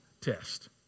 test